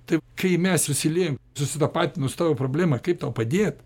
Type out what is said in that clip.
taip kai mes susiliejam susitapatinu su tavo problema kaip tau padėt